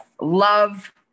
love